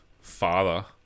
father